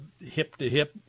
hip-to-hip